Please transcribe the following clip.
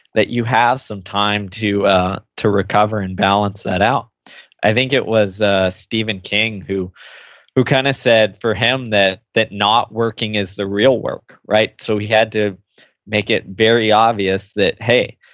that you have some time to to recover and balance that out i think it was stephen king who who kind of said for him that that not working is the real work. right? so, he had to make it very obvious that, hey,